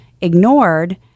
ignored